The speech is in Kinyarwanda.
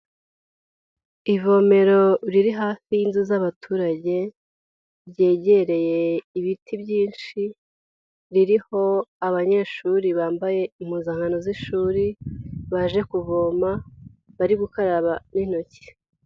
Ivomero riri hafi y'inzu z'abaturage ryegereye ibiti byinshi, ririho abanyeshuri bambaye impuzankano z'ishuri, baje kuvoma bari gukaraba n'intoki.